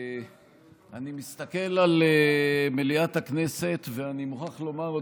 אני מסתכל על מליאת הכנסת ואני מוכרח לומר,